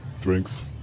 Drinks